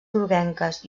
groguenques